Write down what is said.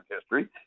history